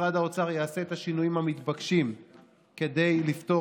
שמשרד האוצר יעשה את השינויים המתבקשים כדי לפתור